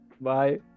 Bye